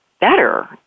better